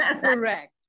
Correct